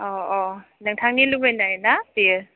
औ औ नोंथांनि लुगैनायना बियो